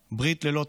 יד של שותפות ואחווה,